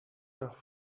nach